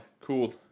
cool